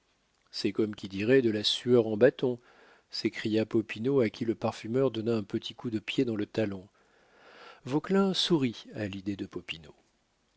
c'est comme qui dirait de la sueur en bâton s'écria popinot à qui le parfumeur donna un petit coup de pied dans le talon vauquelin sourit à l'idée de